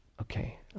Okay